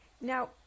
Now